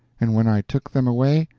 and when i took them away,